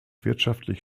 wirtschaftlich